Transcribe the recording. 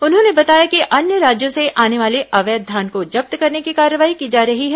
उन्होंने बताया कि अन्य राज्यों से आने वाले अवैध धान को जब्त करने की कार्रवाई की जा रही है